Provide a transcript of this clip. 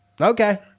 Okay